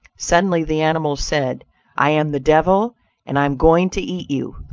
suddenly the animal said i am the devil and i am going to eat you.